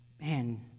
Man